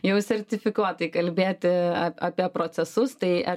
jau sertifikuotai kalbėti apie procesus tai